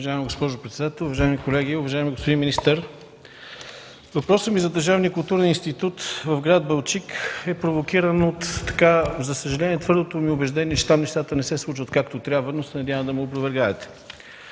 Уважаема госпожо председател, уважаеми колеги, уважаеми господин министър! Въпросът ми за Държавния културен институт в гр. Балчик е провокиран, за съжаление, от твърдото ми убеждение, че там нещата не се случват както трябва, но се надявам да ме опровергаете.